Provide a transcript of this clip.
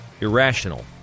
irrational